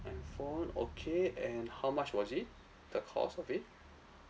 handphone okay and how much was it the cost of it